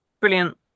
brilliant